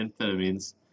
amphetamines